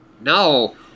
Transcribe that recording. No